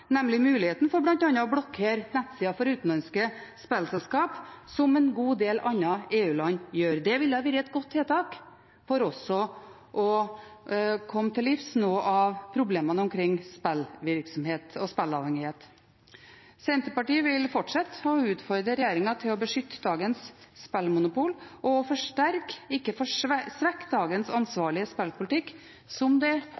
muligheten for bl.a. å blokkere nettsidene for utenlandske spillselskaper, som en god del EU-land gjør. Det ville ha vært et godt tiltak for også å komme til livs noen av problemene omkring spillvirksomhet og spilleavhengighet. Senterpartiet vil fortsette å utfordre regjeringen på å beskytte dagens spillmonopol og å forsterke – ikke svekke – dagens ansvarlige spillpolitikk, som det